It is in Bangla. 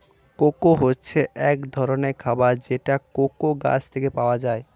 কোকো হচ্ছে এক ধরনের খাবার যেটা কোকো গাছ থেকে পাওয়া যায়